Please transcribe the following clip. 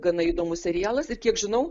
gana įdomus serialas ir kiek žinau